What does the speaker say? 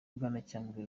bwanacyambwe